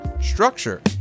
Structure